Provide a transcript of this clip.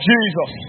Jesus